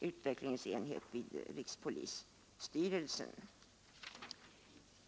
utvecklingsenhet vid rikspolisstyrelsen.